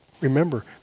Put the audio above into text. Remember